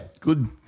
Good